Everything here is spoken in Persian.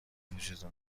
وجود